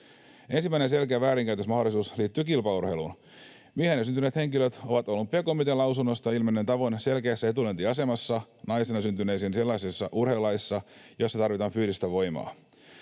Ensimmäinen selkeä väärinkäytösmahdollisuus liittyy kilpaurheiluun. Miehenä syntyneet henkilöt ovat Olympiakomitean lausunnosta ilmennein tavoin selkeässä etulyöntiasemassa naisena syntyneisiin sellaisissa urheilulajeissa, joissa tarvitaan fyysistä voimaa.